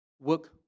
Work